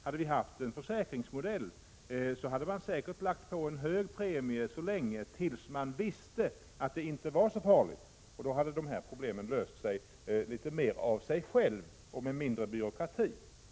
Hade vi haft en försäkringsmodell, hade man säkert lagt på en hög premie tills man visste att det inte var så farligt, och då hade problemen löst sig litet mer av sig självt och med mindre byråkrati.